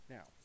Now